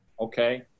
Okay